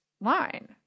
line